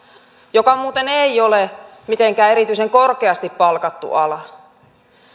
joka muuten ei ole mitenkään erityisen korkeasti palkattu ala